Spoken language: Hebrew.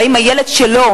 ואם הילד שלו,